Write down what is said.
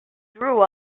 grew